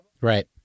Right